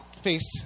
faced